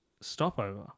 stopover